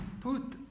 put